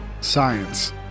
Science